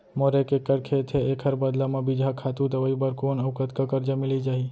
मोर एक एक्कड़ खेत हे, एखर बदला म बीजहा, खातू, दवई बर कोन अऊ कतका करजा मिलिस जाही?